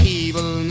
evil